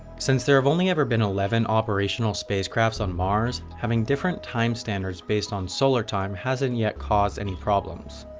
since there have only ever been eleven operational space crafts on mars, having different time standards based on solar time hasn't yet caused any problems.